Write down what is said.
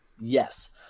Yes